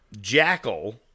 Jackal